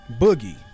Boogie